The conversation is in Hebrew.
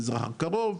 מזרח הקרוב,